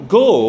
go